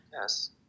yes